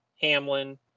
Hamlin